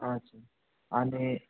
अच्छा आणि